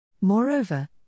Moreover